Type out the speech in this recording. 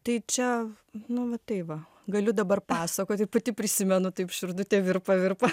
tai čia nu va taip va galiu dabar pasakot ir pati prisimenu taip širdutė virpa virpa